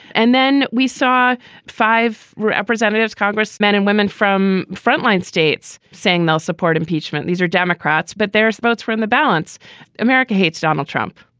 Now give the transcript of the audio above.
and then we saw five representatives, congressmen and women from frontline states saying they'll support impeachment. these are democrats, but there's votes from the balance america hates donald trump.